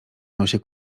nosie